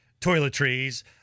toiletries